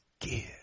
Give